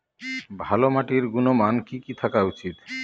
ভালো মাটির গুণমান কি কি থাকা উচিৎ?